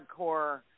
hardcore